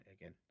again